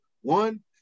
One